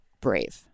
brave